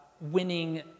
winning